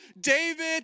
David